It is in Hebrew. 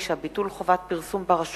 9) (ביטול חובת פרסום ברשומות),